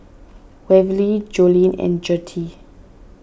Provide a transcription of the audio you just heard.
Waverly Joline and Gertie